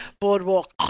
boardwalk